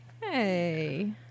Hey